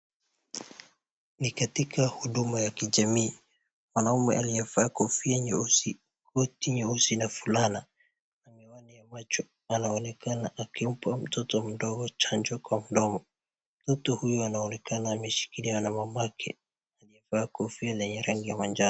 Ni katika huduma ya kijamii, mwanaumme aliyevaa kofia nyeusi, koti nyeusi na fulana na miwani ya macho anaonekana akimpa mtoto mdogo chanjo kwa mdomo, mtu huyo anaonekana ameshikilia na mamake aliyevaa kofia na yenye rangi ya manjano.